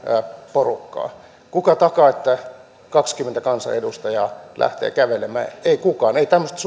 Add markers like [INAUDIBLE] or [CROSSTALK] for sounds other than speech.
porukkaa kuka takaa että kaksikymmentä kansanedustajaa lähtee kävelemään ei kukaan ei tämmöistä [UNINTELLIGIBLE]